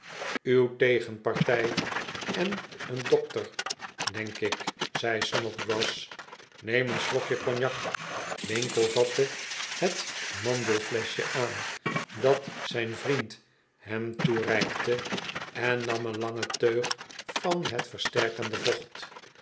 uw tegenpartij en een dokter denk ik zei snodgrass neem een slokje cognac winkle vatte het mandefleschje aan dat zijn vriend hem toereikte en nam een lange teug van het versterkende vocht